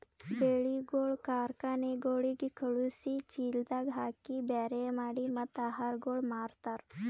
ಬೆಳಿಗೊಳ್ ಕಾರ್ಖನೆಗೊಳಿಗ್ ಖಳುಸಿ, ಚೀಲದಾಗ್ ಹಾಕಿ ಬ್ಯಾರೆ ಮಾಡಿ ಮತ್ತ ಆಹಾರಗೊಳ್ ಮಾರ್ತಾರ್